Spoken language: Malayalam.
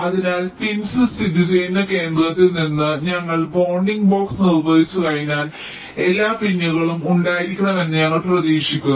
അതിനാൽ പിൻസ് സ്ഥിതിചെയ്യുന്ന കേന്ദ്രത്തിൽ നിന്ന് ഞങ്ങൾ ബോണ്ടിംഗ് ബോക്സ് നിർവ്വചിച്ചുകഴിഞ്ഞാൽ എല്ലാ പിന്നുകളും ഉണ്ടായിരിക്കണമെന്ന് ഞങ്ങൾ പ്രതീക്ഷിക്കുന്നു